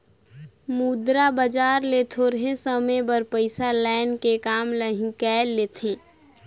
मुद्रा बजार ले थोरहें समे बर पइसा लाएन के काम ल हिंकाएल लेथें